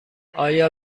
آیا